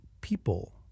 people